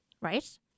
right